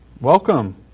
Welcome